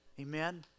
amen